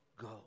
go